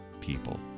people